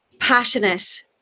Passionate